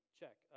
check